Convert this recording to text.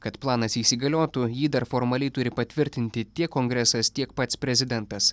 kad planas įsigaliotų jį dar formaliai turi patvirtinti tiek kongresas tiek pats prezidentas